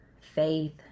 faith